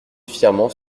fièrement